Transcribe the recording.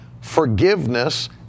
forgiveness